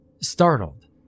startled